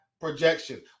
projection